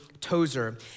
Tozer